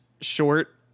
short